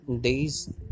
day's